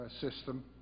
system